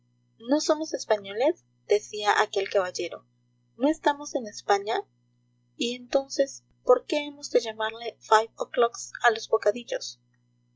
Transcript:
no somos españoles decía aquel caballero no estamos en españa y entonces por qué hemos de llamarle five o'clocks a los bocadillos